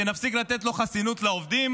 שנפסיק לתת לו חסינות לעובדים,